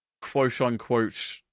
quote-unquote